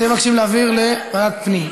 אתם מבקשים להעביר לוועדת פנים.